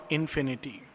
infinity